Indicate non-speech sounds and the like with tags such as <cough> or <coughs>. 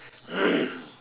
<coughs>